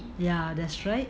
ya that's right